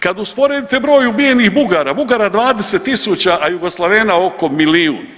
Kad usporedite broj ubijenih Bugara, Bugara 20 000 a Jugoslavena oko milijun.